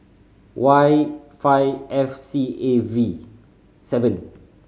Y five F C A V seven